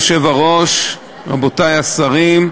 אדוני היושב-ראש, רבותי השרים,